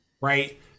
right